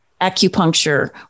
acupuncture